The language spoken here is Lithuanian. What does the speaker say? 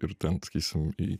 ir ten sakysim į